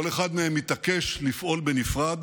כל אחד מהם התעקש לפעול בנפרד.